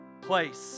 place